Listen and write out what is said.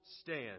stand